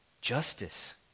justice